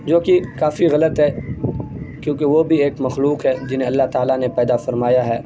جو کہ کافی غلط ہے کیوںکہ وہ بھی ایک مخلوق ہے جنہیں اللہ تعالیٰ نے پیدا فرمایا ہے